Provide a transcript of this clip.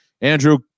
Andrew